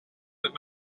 met